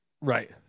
right